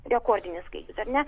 rekordinis skaičius ar ne